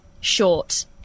short